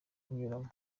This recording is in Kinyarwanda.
kunyuramo